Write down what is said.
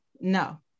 No